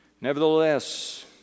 Nevertheless